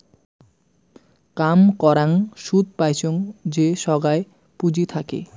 কাম করাং সুদ পাইচুঙ যে সোগায় পুঁজি থাকে